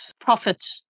profit